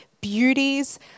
beauties